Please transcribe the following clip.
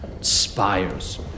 spires